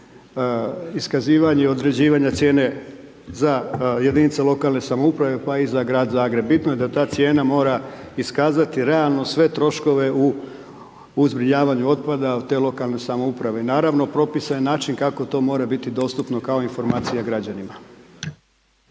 iskazivanja određivanja cijene za jedinice lokalne samouprave pa i za grad Zagreb, bitno je da ta cijena mora iskazati realno sve troškove u zbrinjavanju otpada te lokalne samouprave. I naravno propisan je način kako to mora biti dostupno kao informacija građanima.